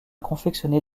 confectionner